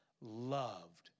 loved